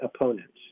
opponents